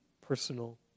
personal